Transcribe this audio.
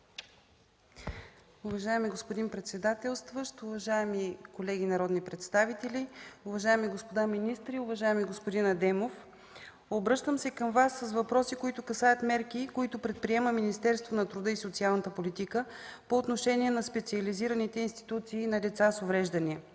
Уважаеми господин председателстващ, уважаеми колеги народни представители, уважаеми господа министри, уважаеми господин Адемов! Обръщам се към Вас с въпроси, които касаят мерки, които предприема Министерството на труда и социалната политика по отношение на специализираните институции за деца с увреждания.